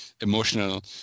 emotional